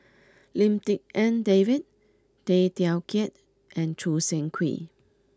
Lim Tik En David Tay Teow Kiat and Choo Seng Quee